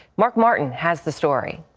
mark martin has this story.